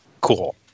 Cool